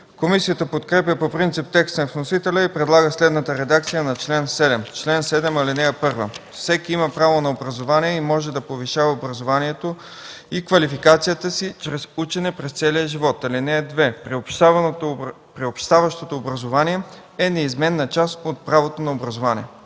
Комисията подкрепя по принцип текста на вносителя и предлага следната редакция на чл. 7: „Чл. 7. (1) Всеки има право на образование и може да повишава образованието и квалификацията си чрез учене през целия живот. (2) Приобщаващото образование е неизменна част от правото на образование”.